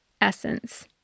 essence